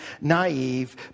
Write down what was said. naive